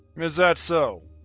is that so?